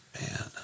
Man